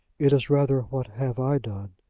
it is rather what have i done!